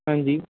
ਹਾਂਜੀ